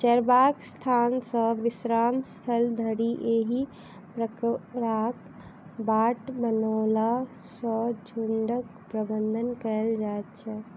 चरबाक स्थान सॅ विश्राम स्थल धरि एहि प्रकारक बाट बनओला सॅ झुंडक प्रबंधन कयल जाइत छै